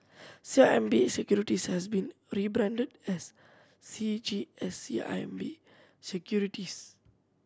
C I M B Securities has been rebranded as C G S C I M B Securities